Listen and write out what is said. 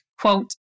quote